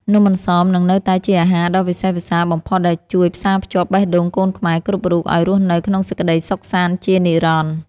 នំអន្សមនឹងនៅតែជាអាហារដ៏វិសេសវិសាលបំផុតដែលជួយផ្សារភ្ជាប់បេះដូងកូនខ្មែរគ្រប់រូបឱ្យរស់នៅក្នុងសេចក្ដីសុខសាន្តជានិរន្តរ៍។